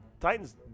Titans